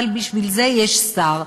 אבל בשביל זה יש שר,